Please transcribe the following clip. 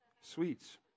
sweets